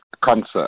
concert